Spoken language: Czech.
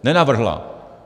Nenavrhla.